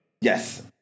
Yes